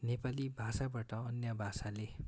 नेपाली भाषाबाट अन्य भाषाले